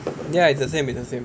ya it's the same it's the same